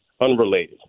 unrelated